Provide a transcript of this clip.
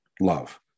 love